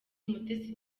umutesi